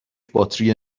باتری